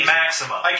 maximum